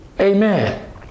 amen